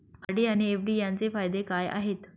RD आणि FD यांचे फायदे काय आहेत?